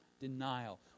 denial